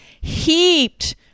heaped